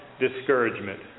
discouragement